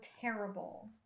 terrible